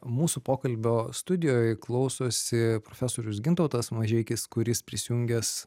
mūsų pokalbio studijoj klausosi profesorius gintautas mažeikis kuris prisijungęs